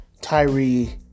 Tyree